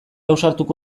ausartuko